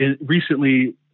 recently